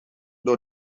door